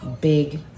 big